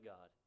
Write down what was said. God